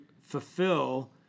fulfill